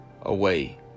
away